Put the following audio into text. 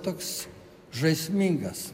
toks žaismingas